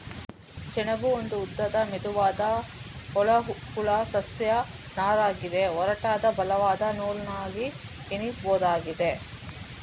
ಸೆಣಬು ಒಂದು ಉದ್ದದ ಮೆದುವಾದ ಹೊಳಪುಳ್ಳ ಸಸ್ಯ ನಾರಗಿದೆ ಒರಟಾದ ಬಲವಾದ ನೂಲನ್ನಾಗಿ ಹೆಣಿಬೋದಾಗಿದೆ